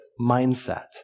mindset